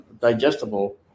digestible